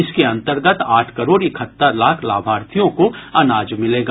इसके अन्तर्गत आठ करोड़ इकहत्तर लाख लाभार्थियों को अनाज मिलेगा